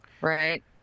right